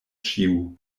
ĉiu